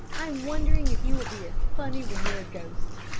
i'm wondering if you will be as funny when you're a ghost.